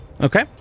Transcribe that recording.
Okay